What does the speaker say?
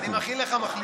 אני מכין לך מחליף.